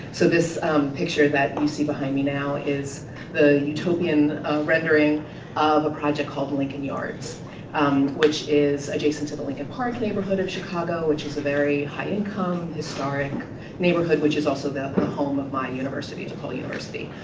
so this picture that you see behind me now is the utopian rendering of a project called lincoln yards um which is adjacent to the lincoln park neighborhood of chicago which is a very high income, historic neighborhood which is also the home of my university, depaul university.